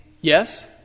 Yes